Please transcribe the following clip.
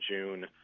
June